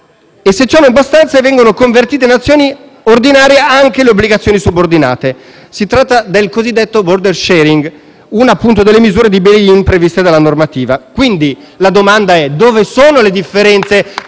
Se ciò non bastasse, vengono convertite in azioni ordinarie anche le obbligazioni subordinate. Si tratta del cosiddetto *burden sharing*, una delle misure di *bail in* previste dalla normativa. Mi chiedo pertanto: dove sono le differenze